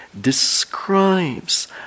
describes